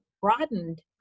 broadened